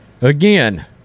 Again